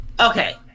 Okay